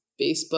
Facebook